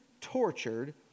tortured